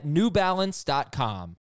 NewBalance.com